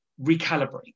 recalibrate